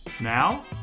Now